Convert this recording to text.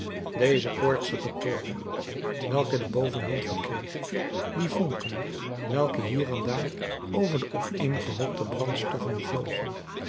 deze koortsige toorn welke de bovenhand verkreeg die vonken welke hier en daar over die opeengehoopte brandstoffen vlogen